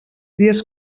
dies